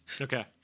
Okay